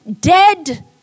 dead